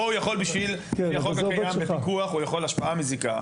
פה הוא יכול גם בפיקוח, הוא יכול השפעה מזיקה.